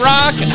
Rock